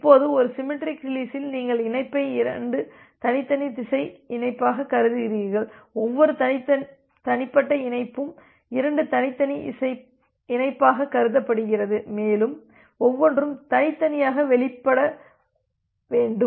இப்போது ஒரு சிமெட்ரிக் ரீலிஸில் நீங்கள் இணைப்பை இரண்டு தனித்தனி திசை இணைப்பாக கருதுகிறீர்கள் ஒவ்வொரு தனிப்பட்ட இணைப்பும் இரண்டு தனித்தனி திசை இணைப்பாக கருதப்படுகிறது மேலும் ஒவ்வொன்றும் தனித்தனியாக வெளியிடப்பட வேண்டும்